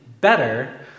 Better